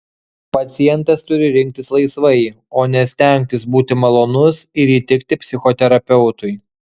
pacientas turi rinktis laisvai o ne stengtis būti malonus ir įtikti psichoterapeutui